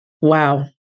wow